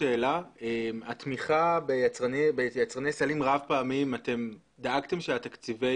התמיכה ביצרני סלים רב-פעמיים דאגתם לכך שתקציבי